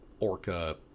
orca